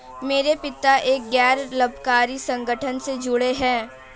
मेरे पिता एक गैर लाभकारी संगठन से जुड़े हैं